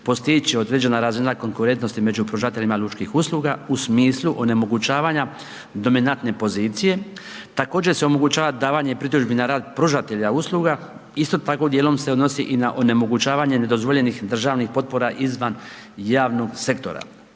postići određena razina konkurentnosti među pružateljima lučkih usluga u smislu onemogućavanja dominantne pozicije. Također se omogućava davanje pritužbi na rad pružatelja usluga. Isto tako dijelom se odnosi i na onemogućavanje nedozvoljenih državnih potpora izvan javnog sektora.